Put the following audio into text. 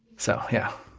so yeah.